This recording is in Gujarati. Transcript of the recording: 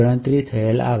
ગણતરી થયેલ આવે